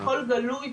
הכל גלוי,